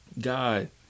god